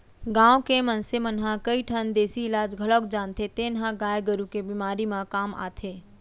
गांव के मनसे मन ह कई ठन देसी इलाज घलौक जानथें जेन ह गाय गरू के बेमारी म काम आथे